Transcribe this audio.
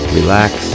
relax